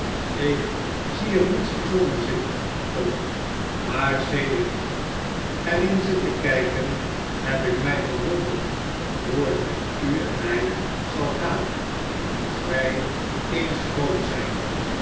ik zie er niets bijzonders in tom maar sedert ik er in zit te kijken heb ik mij verwjpnderd hoe het met u en mij zal gaan als wlj eens groot zijn